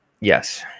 Yes